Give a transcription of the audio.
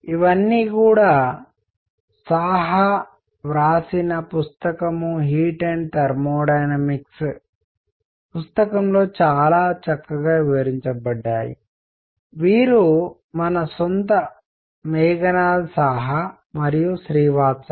ఇవన్నీ సాహా వ్రాసిన పుస్తకం హీట్ అండ్ థర్మోడైనమిక్స్ పుస్తకంలో చాలా చక్కగా వివరించబడ్డాయి వీరు మన సొంత మేఘనాథ్ సాహా మరియు శ్రీవాస్తవ